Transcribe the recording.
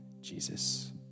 Jesus